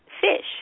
fish